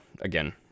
again